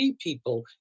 people